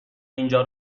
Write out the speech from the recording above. اینجا